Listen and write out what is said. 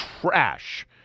trash